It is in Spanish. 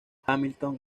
hamilton